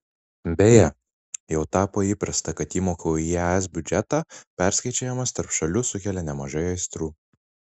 beje jau tapo įprasta kad įmokų į es biudžetą perskaičiavimas tarp šalių sukelia nemažai aistrų